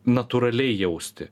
natūraliai jausti